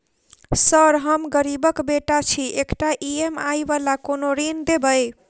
Sir हम गरीबक बेटा छी एकटा ई.एम.आई वला कोनो ऋण देबै?